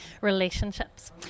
relationships